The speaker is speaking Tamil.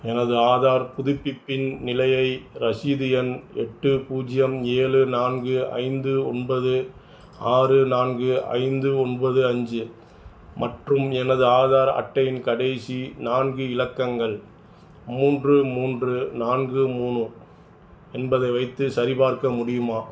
எனது ஆதார் புதுப்பிப்பின் நிலையை ரசீது எண் எட்டு பூஜ்ஜியம் ஏழு நான்கு ஐந்து ஒன்பது ஆறு நான்கு ஐந்து ஒன்பது அஞ்சு மற்றும் எனது ஆதார் அட்டையின் கடைசி நான்கு இலக்கங்கள் மூன்று மூன்று நான்கு மூணு என்பதை வைத்து சரிபார்க்க முடியுமா